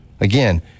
Again